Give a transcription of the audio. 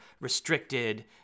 restricted